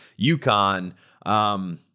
UConn